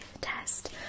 test